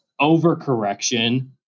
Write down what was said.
overcorrection